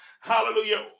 hallelujah